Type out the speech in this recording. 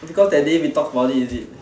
because that day we talked about it is it